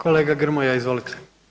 Kolega Grmoja, izvolite.